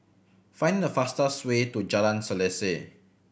find the fastest way to Jalan Selaseh